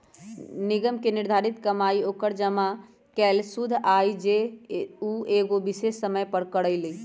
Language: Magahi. निगम के प्रतिधारित कमाई ओकर जमा कैल शुद्ध आय हई जे उ एगो विशेष समय पर करअ लई